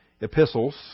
epistles